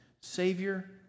Savior